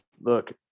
Look